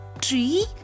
tree